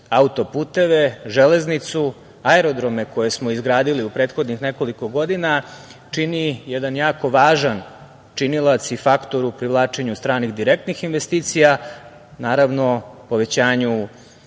autoputeve, železnicu, aerodrome koje smo izgradili u prethodnih nekoliko godina čini jedan jako važan činilac i faktor u privlačenju stranih direktnih investicija, naravno povećanju